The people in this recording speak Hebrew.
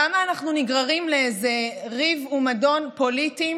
למה אנחנו נגררים לאיזה ריב ומדון פוליטיים